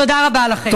תודה רבה לכם.